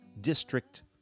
District